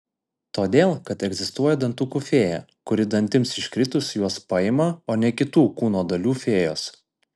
todėl kad egzistuoja dantukų fėja kuri dantims iškritus juos paima o ne kitų kūno dalių fėjos